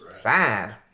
Sad